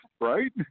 right